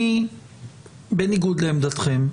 אני בניגוד לעמדתכם,